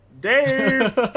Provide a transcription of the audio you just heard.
Dave